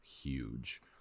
huge